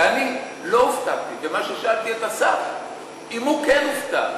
ואני לא הופתעתי, ושאלתי את השר אם הוא כן הופתע.